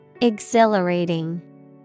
Exhilarating